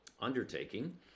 undertaking